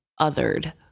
othered